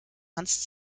hans